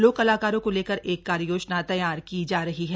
लोक कलाकारों को लेकर एक कार्ययोजना तैयार की जा रही है